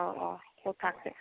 अ ख थाखो